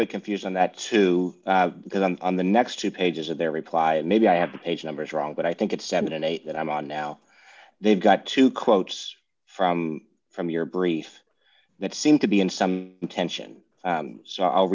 bit confused on that too because i'm on the next two pages of their reply maybe i have the page numbers wrong but i think it's seven and eight that i'm on now they've got two quotes from from your brief that seem to be in some tension so i'll